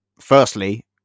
Firstly